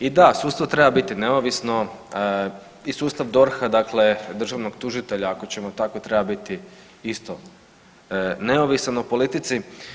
I da sustav treba biti neovisno i sustav DORH-a dakle državnog tužitelja ako ćemo tako treba biti isto neovisan u politici.